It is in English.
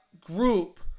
group